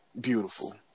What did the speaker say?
Beautiful